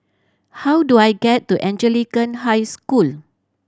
how do I get to Anglican High School